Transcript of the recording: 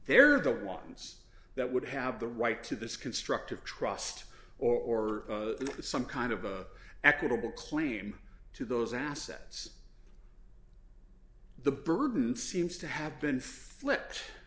they're the ones that would have the right to this construct of trust or some kind of a equitable claim to those assets the burden seems to have been flipped